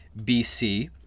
BC